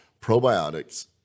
probiotics